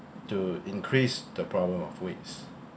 to increase the problem of waste